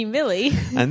Millie